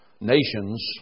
nations